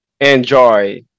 enjoy